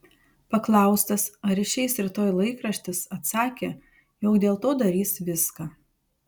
paklaustas ar išeis rytoj laikraštis atsakė jog dėl to darys viską